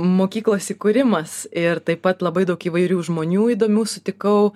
mokyklos įkūrimas ir taip pat labai daug įvairių žmonių įdomių tikau